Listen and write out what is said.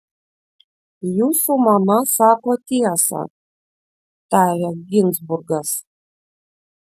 jūsų mama sako tiesą tarė ginzburgas